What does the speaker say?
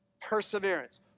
perseverance